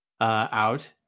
out